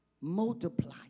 multiply